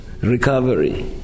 recovery